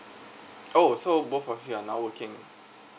oh so both of you are now working